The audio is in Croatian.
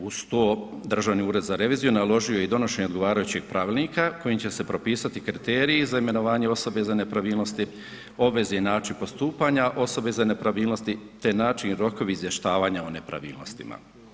Uz to Državni ured za reviziju naložio je i donošenje odgovarajućeg pravilnika kojim će se propisati kriteriji za imenovanje osobe za nepravilnosti, obveze i način postupanja, osobe za nepravilnosti te način i rokovi izvještavanja o nepravilnostima.